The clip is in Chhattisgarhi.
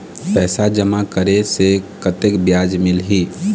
पैसा जमा करे से कतेक ब्याज मिलही?